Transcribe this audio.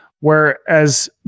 Whereas